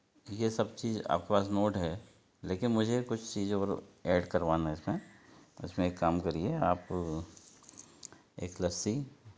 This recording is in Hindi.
ये सब चीज आपके पास नोट है लेकिन मुझे कुछ चीजों और ऐड करवाना है इसमें इसमें एक काम करिए आप एक लस्सी